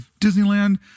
Disneyland